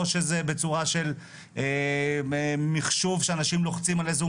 או בצורה של מחשוב שאנשים לוחצים על איזשהו